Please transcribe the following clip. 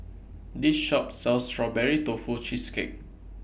This Shop sells Strawberry Tofu Cheesecake